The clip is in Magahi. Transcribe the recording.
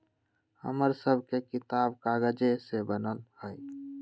हमर सभके किताब कागजे से बनल हइ